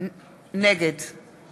נגד